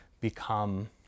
become